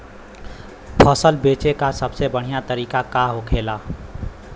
फसल बेचे का सबसे बढ़ियां तरीका का होखेला?